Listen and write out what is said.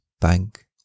bank